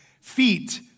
Feet